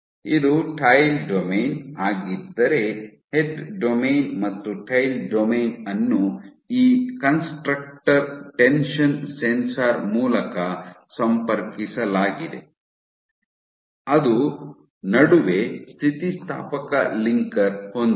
ಇದು tail domain ಆಗಿದ್ದರೆ head domain ಮತ್ತು ಟೈಲ್ ಡೊಮೇನ್ ಅನ್ನು ಈ ಕನ್ಸ್ಟ್ರಕ್ಟರ್ ಟೆನ್ಷನ್ ಸೆನ್ಸಾರ್ ಮೂಲಕ ಸಂಪರ್ಕಿಸಲಾಗಿದೆ ಅದು ನಡುವೆ ಸ್ಥಿತಿಸ್ಥಾಪಕ ಲಿಂಕರ್ ಹೊಂದಿದೆ